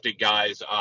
guys